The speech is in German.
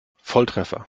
volltreffer